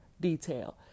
detail